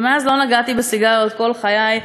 מאז לא נגעתי בסיגריות כל חיי,